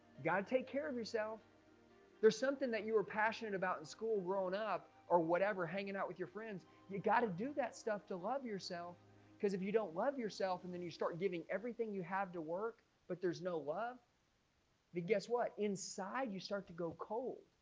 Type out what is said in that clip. got to take care of yourself there's something that you were passionate about in school growing up or whatever hanging out with your friends you got to do that to love yourself because if you don't love yourself and then you start giving everything you have to work but there's no love but guess what inside you start to go cold.